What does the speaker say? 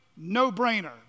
no-brainer